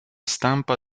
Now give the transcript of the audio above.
stampa